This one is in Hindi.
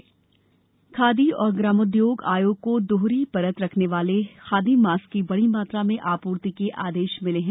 खादी मॉस्क खादी और ग्रामोद्योग आयोग को दोहरी परत वाले खादी मास्क की बड़ी मात्रा में आपूर्ति के आदेश मिले हैं